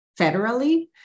federally